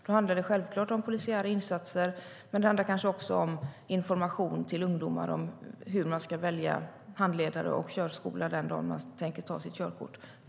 Det handlar självklart om polisiära insatser men också om information till ungdomar om hur de ska välja handledare och körskola den dagen de tänker ta sitt körkort.